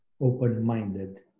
open-minded